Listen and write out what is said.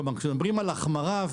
כשמדברים על החמרה,